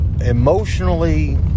emotionally